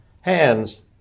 hands